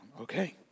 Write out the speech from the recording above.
okay